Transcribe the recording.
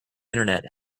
internet